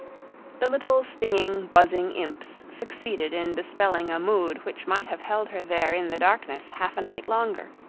the little stinging, buzzing imps succeeded in dispelling a mood which might have held her there in the darkness half a night longer.